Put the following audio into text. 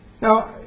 now